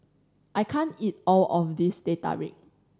I can't eat all of this Teh Tarik